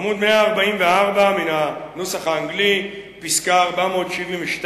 מעמוד 144 בנוסח האנגלי, פסקה 472: